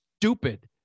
stupid